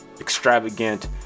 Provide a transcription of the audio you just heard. extravagant